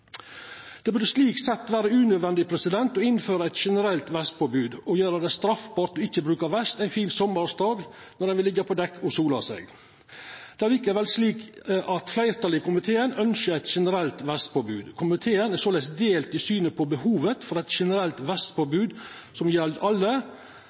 sett burde det vera unødvendig å innføra eit generelt vestpåbod og gjera det straffbart ikkje å bruka vest ein fin sommarsdag, når ein vil liggja på dekk og sola seg. Det er likevel slik at fleirtalet i komiteen ønskjer eit generelt vestpåbod. Komiteen er såleis delt i synet på behovet for eit generelt